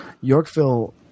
Yorkville